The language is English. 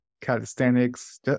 calisthenics